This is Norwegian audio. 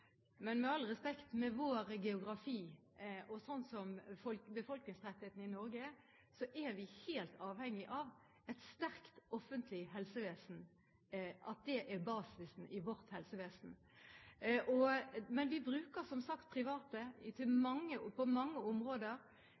Men med all respekt – med vår geografi og slik befolkningstettheten i Norge er, er vi helt avhengig av at et sterkt offentlig helsevesen er basisen i vårt helsevesen. Men vi bruker som sagt private på mange områder, og vi er også avhengig av mange